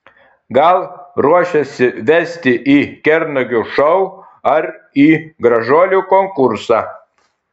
gal ruošiasi vesti į kernagio šou ar į gražuolių konkursą